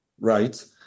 right